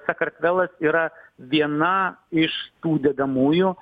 sakartvelas yra viena iš tų dedamųjų